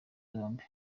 zombi